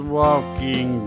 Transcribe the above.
walking